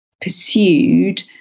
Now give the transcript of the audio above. pursued